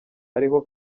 ariho